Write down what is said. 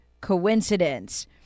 coincidence